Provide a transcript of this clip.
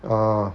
orh